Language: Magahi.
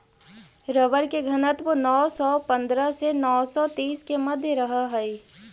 रबर के घनत्व नौ सौ पंद्रह से नौ सौ तीस के मध्य रहऽ हई